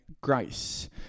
grace